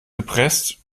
gepresst